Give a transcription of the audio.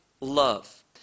love